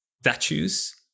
statues